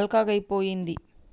అల్కగైపోయింది